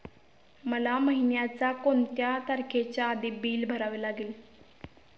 मला महिन्याचा कोणत्या तारखेच्या आधी बिल भरावे लागेल?